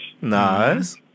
Nice